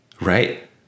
right